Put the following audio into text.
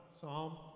Psalm